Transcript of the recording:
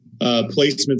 placements